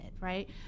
right